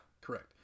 correct